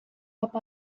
cap